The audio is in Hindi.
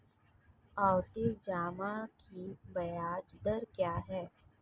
आवर्ती जमा की ब्याज दर क्या है?